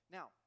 Now